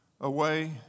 away